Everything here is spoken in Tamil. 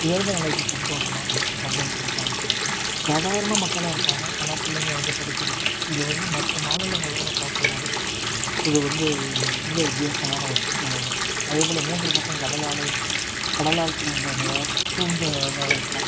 உயர்ந்த நிலைக்கு கொண்டு வரணும் அப்படின்ருப்பாங்க சாதாரண மக்களாக இருப்பாங்க ஆனால் பிள்ளைங்கள் வந்து படிச்சுருக்கும் இது வந்து மற்ற மாநிலங்களோட பார்க்கும்போது இது வந்து மிக வித்தியாசமான ஒரு சூழ்நிலை அதே போல் மூன்று பக்கம் கடலாலையும் கடலால் சூழ்ந்ததை சூழ்ந்ததாக இருக்கும்